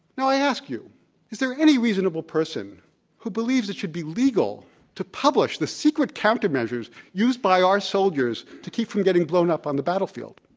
now, i ask you is there any reasonable person whobelieves it should be legal to publish the secret countermeasures used by our soldiers to keep from getting blown up on the battlefield?